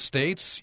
States